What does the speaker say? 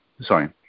sorry